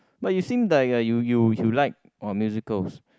but you seem like like you you you like or musicals